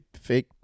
fake